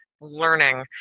learning